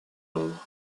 londres